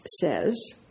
says